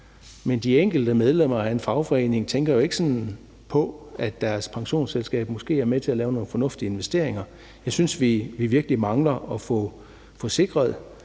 Men de enkelte medlemmer af en fagforening tænker jo ikke sådan på, at deres pensionsselskab måske er med til at lave nogle fornuftige investeringer. Jeg synes, at vi virkelig mangler at få sikret,